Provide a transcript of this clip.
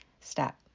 step